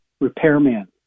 repairman